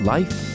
Life